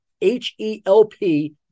H-E-L-P